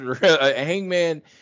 hangman